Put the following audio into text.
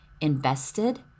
Invested